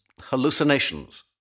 hallucinations